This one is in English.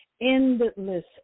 endless